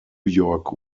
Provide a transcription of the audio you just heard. york